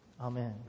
Amen